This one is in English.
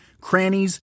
crannies